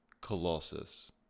colossus